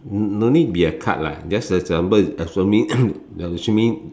mm no need be a card lah just example assuming